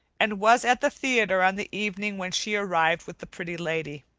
and was at the theatre on the evening when she arrived with the pretty lady.